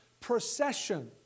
procession